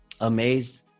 amazed